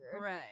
Right